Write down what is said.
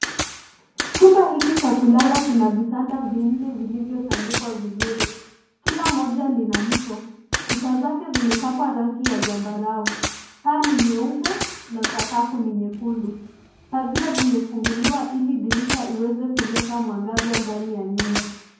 Chumba hiki cha kulala kina vitanda vinne vilivyotandikwa vizuri. Kila moja lina mto. Kuta zake zimepakwa rangi ya zambarau. Paa ni nyeupe, na sakafu ni nyekundu. Pazia zimefunguliwa ili dirisha iweze kuleta mwangaza ndani ya nyumba.